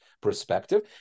perspective